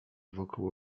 wokół